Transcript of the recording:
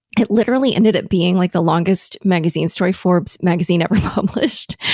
it literally ended up being like the longest magazine story forbes magazine ever published,